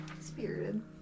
Spirited